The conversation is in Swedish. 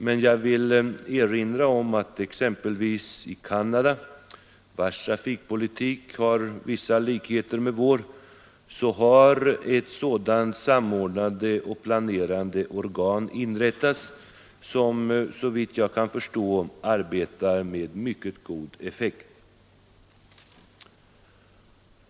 Men jag vill erinra om att i t.ex. Canada, vars trafikpolitik har likheter med vår, har ett sådant samordnande och planerande organ inrättats som såvitt jag kan förstå arbetar med mycket god effekt.